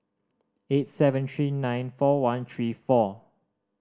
eight seven three nine four one three four